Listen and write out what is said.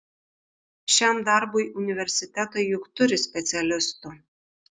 šiam darbui universitetai juk turi specialistų